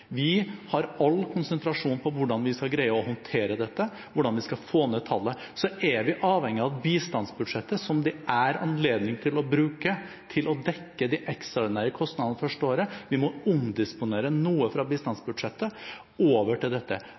Vi har all vår konsentrasjon på hvordan vi skal greie å håndtere dette, hvordan vi skal få ned tallet. Vi er avhengige av bistandsbudsjettet, som det er anledning til å bruke til å dekke de ekstraordinære kostnadene første året. Vi må omdisponere noe fra bistandsbudsjettet over til dette